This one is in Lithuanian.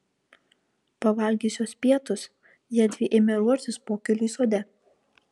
pavalgiusios pietus jiedvi ėmė ruoštis pokyliui sode